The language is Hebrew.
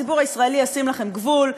הציבור הישראלי ישים לכם גבול,